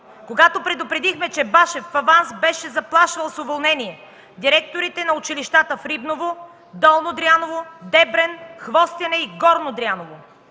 когато предупредихме, че Башев в аванс беше заплашвал с уволнение директорите на училищата в Рибново, Долно Дряново, Дебрен, Хвостене и Горно Дряново?